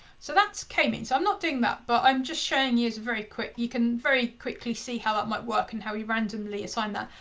so that's k-mean, so i'm not doing that, but i'm just showing you it's a very quick. you can very quickly see how that might work and how you randomly assign that.